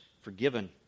forgiven